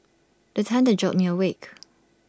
the thunder jolt me awake